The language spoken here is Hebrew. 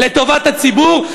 לטובת הציבור,